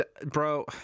bro